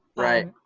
right.